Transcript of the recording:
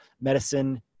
Medicine